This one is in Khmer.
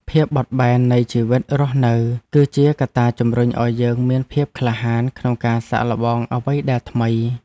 ភាពបត់បែននៃជីវិតរស់នៅ គឺជាកត្តាជំរុញឱ្យយើងមានភាពក្លាហានក្នុងការសាកល្បងអ្វីដែលថ្មី។